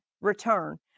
return